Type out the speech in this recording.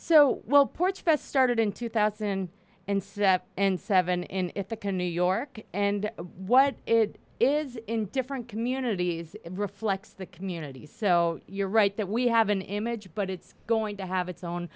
so well ports best started in two thousand and six and seven in the can new york and what it is in different communities reflects the community so you're right that we have an image but it's going to have its own